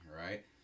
Right